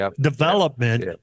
development